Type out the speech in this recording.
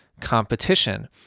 competition